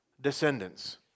descendants